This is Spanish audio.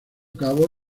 cabo